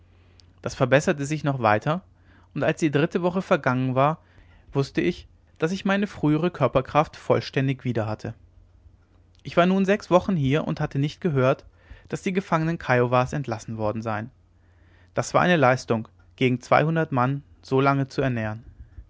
das verbesserte sich noch weiter und als die dritte woche vergangen war wußte ich daß ich meine frühere körperkraft vollständig wieder hatte ich war nun sechs wochen hier und hatte nicht gehört daß die gefangenen kiowas entlassen worden seien das war eine leistung gegen zweihundert mann so lange zu ernähren